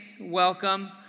welcome